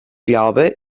glaube